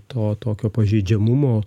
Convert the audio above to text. to tokio pažeidžiamumo